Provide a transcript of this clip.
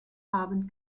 haben